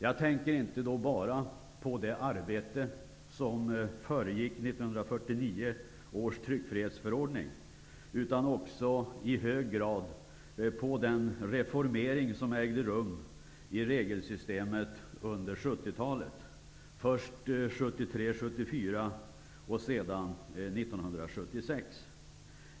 Jag tänker inte bara på det arbete som föregick 1949 års tryckfrihetsförordning utan också i hög grad på den reformering som ägde rum i regelsystemet under 1970-talet, först 1973-1974 och sedan 1976.